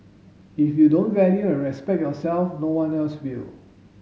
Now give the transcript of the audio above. if you don't value and respect yourself no one else will